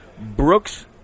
Brooks